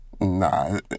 Nah